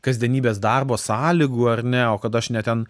kasdienybės darbo sąlygų ar ne o kad aš ne ten